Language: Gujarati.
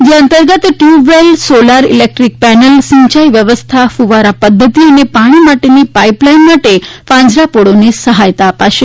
જે અંતર્ગત ટ્યુબવેલ સોલાર ઇલેક્ટ્રીક પેનલ સિંચાઇ વ્યવસ્થા કૃવારા પધ્ધતિ અને પાણી માટેની પાઇપલાઇન માટે પાંજરાપોળને સહાયતા અપાશે